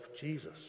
Jesus